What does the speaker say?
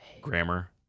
grammar